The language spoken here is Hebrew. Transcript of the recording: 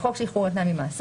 בחוק שחרור על נאי ממאסר,